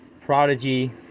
Prodigy